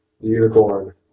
unicorn